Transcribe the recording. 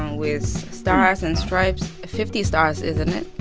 with stars and stripes. fifty stars, isn't it?